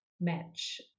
match